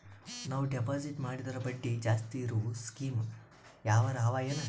ನಾವು ಡೆಪಾಜಿಟ್ ಮಾಡಿದರ ಬಡ್ಡಿ ಜಾಸ್ತಿ ಇರವು ಸ್ಕೀಮ ಯಾವಾರ ಅವ ಏನ?